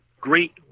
great